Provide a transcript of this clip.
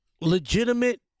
legitimate